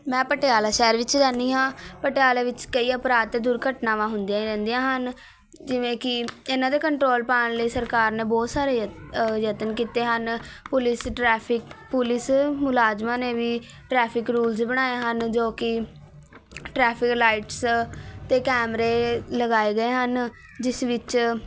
ਮੈਂ ਪਟਿਆਲਾ ਸ਼ਹਿਰ ਵਿੱਚ ਰਹਿੰਦੀ ਹਾਂ ਪਟਿਆਲੇ ਵਿੱਚ ਕਈ ਅਪਰਾਧ ਅਤੇ ਦੁਰਘਟਨਾਵਾਂ ਹੁੰਦੀਆਂ ਹੀ ਰਹਿੰਦੀਆਂ ਹਨ ਜਿਵੇਂ ਕਿ ਇਹਨਾਂ 'ਤੇ ਕੰਟਰੋਲ ਪਾਉਣ ਲਈ ਸਰਕਾਰ ਨੇ ਬਹੁਤ ਸਾਰੇ ਯਤਨ ਕੀਤੇ ਹਨ ਪੁਲਿਸ ਟ੍ਰੈਫਿਕ ਪੁਲਿਸ ਮੁਲਾਜ਼ਮਾਂ ਨੇ ਵੀ ਟ੍ਰੈਫਿਕ ਰੂਲਸ ਬਣਾਏ ਹਨ ਜੋ ਕਿ ਟ੍ਰੈਫਿਕ ਲਾਈਟਸ ਅਤੇ ਕੈਮਰੇ ਲਗਾਏ ਗਏ ਹਨ ਜਿਸ ਵਿੱਚ